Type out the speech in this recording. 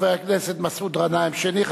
חבר הכנסת מסעוד גנאים שני,